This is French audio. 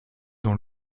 dans